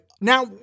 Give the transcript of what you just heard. Now